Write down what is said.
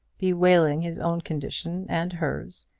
bewailing his own condition and hers,